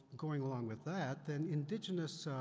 going along with that, then indigenous